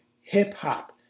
Hip-hop